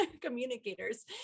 communicators